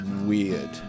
Weird